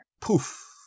Poof